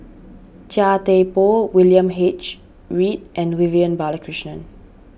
Chia Thye Poh William H Read and Vivian Balakrishnan